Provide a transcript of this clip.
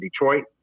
Detroit